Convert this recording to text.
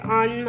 on